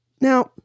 now